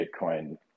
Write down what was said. Bitcoin